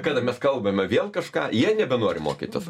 kada mes kalbame vėl kažką jie nebenori mokytis